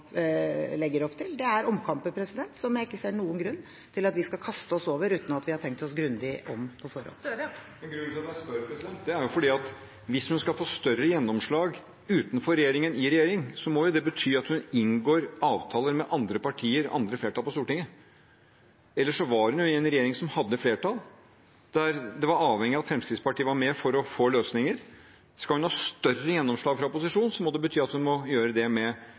legger opp til. Det er omkamper som jeg ikke ser noen grunn til at vi skal kaste oss over uten at vi har tenkt oss grundig om på forhånd. Grunnen til at jeg spør, er at hvis hun skal få større gjennomslag utenfor regjering enn i regjering, må det bety at hun inngår avtaler med andre partier, andre flertall på Stortinget. Ellers var hun jo i en regjering som hadde flertall, der man var avhengig av at Fremskrittspartiet var med for å få løsninger. Skal hun ha større gjennomslag fra opposisjon, må det bety at hun må gjøre det med